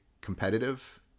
competitive